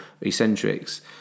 eccentrics